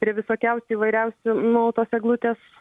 prie visokiausių įvairiausių nu tos eglutės